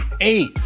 eight